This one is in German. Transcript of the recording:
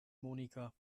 monika